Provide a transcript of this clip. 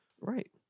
Right